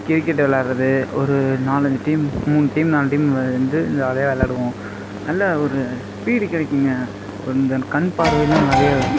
cricket விளாடுறது ஒரு நாலஞ்சு டீம் மூணு டீம் நாலு டீம் வந்து ஜாலியாக விளாடுவோம் நல்லா ஒரு ஸ்பீடு கிடைக்குங்க இந்த கண்பார்வைலாம் நிறையா